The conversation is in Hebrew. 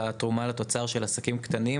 על התרומה לתוצר של עסקים קטנים,